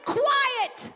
quiet